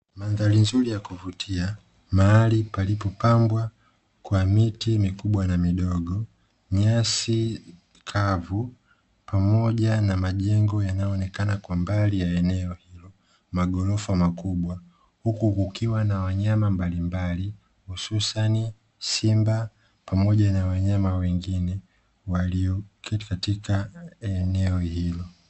Mandhari nzuri ya kuvutia mahali palipo pambwa kwa miti mikubwa na midogo, nyasi kavu pamoja na majengo yanayoonekana kwa mbali ya eneo, magorofa makubwa huku kukiwa na wanyama mbali mbali hususani Simba pamoja na wanyama wengine walioketi katika eneo hili.